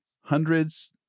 hundreds